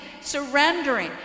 surrendering